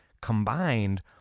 combined